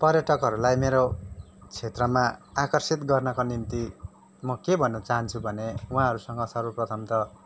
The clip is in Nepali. पर्यटकहरूलाई मेरो क्षेत्रमा आकर्षित गर्नाको निम्ति म के भन्न चाहान्छु भने उहाँहरूसँग सर्वप्रथम त